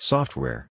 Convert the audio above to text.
Software